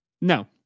No